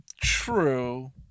true